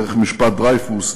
דרך משפט דרייפוס,